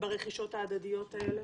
ברכישות ההדדיות האלה?